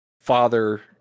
father